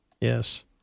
Yes